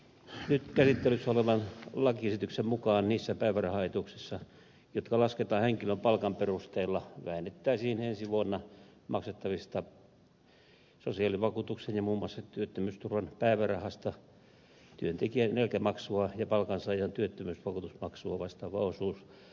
nyt käsittelyssä olevan lakiesityksen mukaan niissä päivärahaetuuksissa jotka lasketaan henkilön palkan perusteella vähennettäisiin ensi vuonna maksettavasta sosiaalivakuutuksen ja muun muassa työttömyysturvan päivärahasta työntekijän eläkemaksua ja palkansaajan työttömyysvakuutusmaksua vastaava osuus